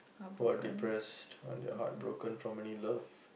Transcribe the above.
who are depressed and they heartbroken from any love